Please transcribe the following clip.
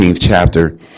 chapter